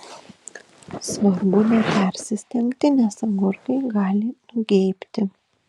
svarbu nepersistengti nes agurkai gali nugeibti